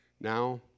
now